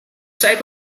type